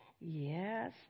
Yes